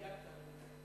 דייקת, אדוני.